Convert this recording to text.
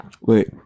Wait